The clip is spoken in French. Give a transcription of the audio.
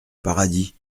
paradis